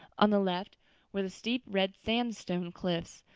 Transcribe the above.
on the left were the steep red sandstone cliffs,